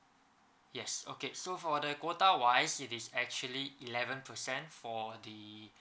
yes okay so for the quota wise it is actually eleven percent for the